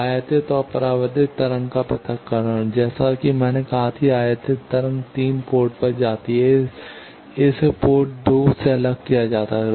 अब आयातित और परावर्तित तरंग का पृथक्करण जैसा कि मैंने कहा कि आयातित तरंग 3 पोर्ट पर जाती है इसे पोर्ट 2 से अलग किया जाता है